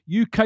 UK